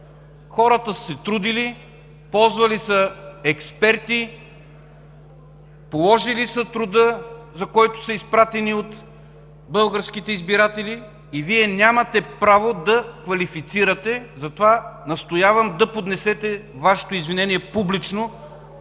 Хората са се трудили, ползвали са експерти, положили са труда, за който са изпратени от българските избиратели, и Вие нямате право да квалифицирате. Затова настоявам да поднесете Вашето извинение публично